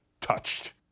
touched